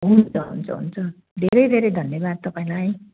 हुन्छ हुन्छ हुन्छ धेरै धेरै धन्यवाद तपाईँलाई